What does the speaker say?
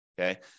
okay